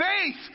faith